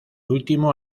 último